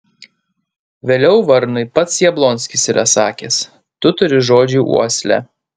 vėliau varnui pats jablonskis yra sakęs tu turi žodžiui uoslę